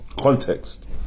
context